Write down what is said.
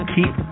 Keep